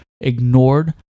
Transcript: ignored